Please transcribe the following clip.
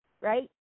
right